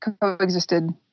coexisted